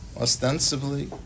Ostensibly